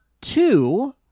two